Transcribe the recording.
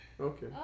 Okay